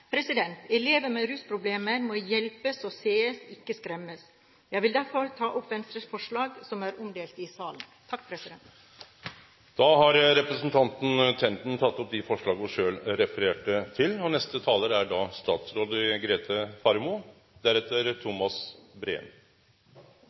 Elever med rusproblemer må hjelpes og ses – ikke skremmes. Jeg tar opp Venstre forslag som er omdelt i salen. Representanten Borghild Tenden har teke opp dei forslaga ho refererte til. Regjeringen fører en restriktiv narkotikapolitikk. Det er